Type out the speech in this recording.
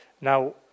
Now